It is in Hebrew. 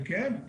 כן.